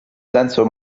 senso